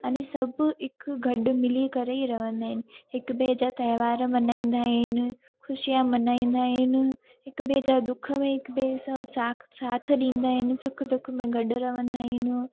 अने सब हिकु गॾु मिली करे ई रहंदा आहिनि हिकु ॿे जा त्योहार मल्हाईंदा आहिनि ख़ुशिया मल्हाईंदा आहिनि हिकु ॿे जा दुख में हिकु ॿिए सां साक साथ ॾींदा आहिनि सुख दुख में गॾु रहंदा आहिनि